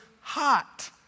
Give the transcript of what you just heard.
hot